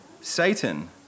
Satan